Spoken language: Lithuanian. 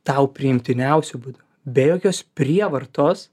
tau priimtiniausiu būdu be jokios prievartos